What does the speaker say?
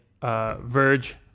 Verge